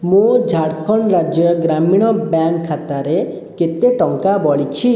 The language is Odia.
ମୋ ଝାଡ଼ଖଣ୍ଡ ରାଜ୍ୟ ଗ୍ରାମୀଣ ବ୍ୟାଙ୍କ ଖାତାରେ କେତେ ଟଙ୍କା ବଳିଛି